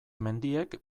mendiek